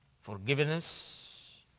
forgiveness